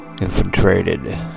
infiltrated